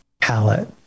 palette